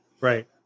right